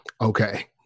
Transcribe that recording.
Okay